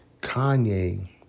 Kanye